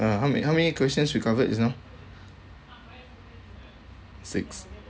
uh how many how many questions we covered just now six